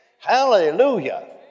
Hallelujah